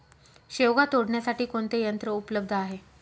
शेवगा तोडण्यासाठी कोणते यंत्र उपलब्ध आहे?